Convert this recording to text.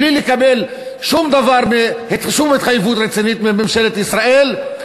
בלי לקבל שום התחייבות רצינית מממשלת ישראל,